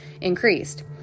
increased